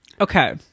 Okay